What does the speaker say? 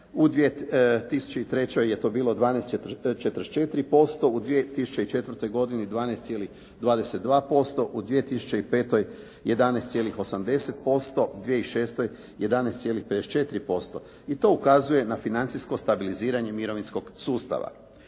U 2003. je to bilo 12,44%. U 2004. godini 12,22%. U 2005. 11,80%. 2006. 11,54%. I to ukazuje na financijsko stabiliziranje mirovinskog sustava.